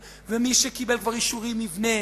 ומי שכבר קיבל אישורים יבנה,